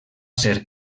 ser